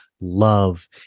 love